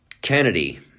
Kennedy